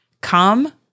Come